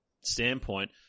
standpoint